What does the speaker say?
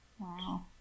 Wow